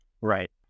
Right